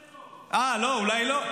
--- אה, אולי לא.